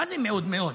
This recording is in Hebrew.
מה זה מאוד מאוד?